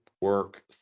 work